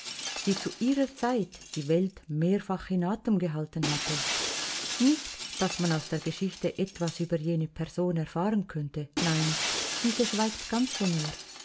die zu ihrer zeit die welt mehrfach in atem gehalten hatte nicht daß man aus der geschichte etwas über jene person erfahren könnte nein diese schweigt ganz von ihr